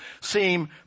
seem